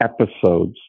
episodes